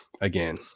again